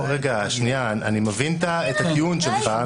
אני מבין את הטיעון שלך,